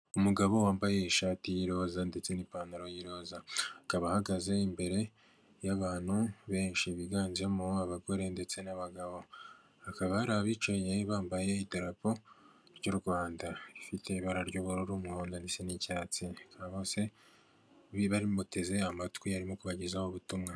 Umugabo wambaye ishati y'iroza ndetse n'ipantaro y'iroza, akaba ahagaze imbere y'abantu benshi biganjemo abagore ndetse n'abagabo. Hakaba hari abicaye bambaye idarapo ry'u Rwanda, rifite ibara ry'ubururu, umuhodo ndetse n'icyatsi. Bakaba bose bamuteze amatwi arimo kubagezaho ubutumwa.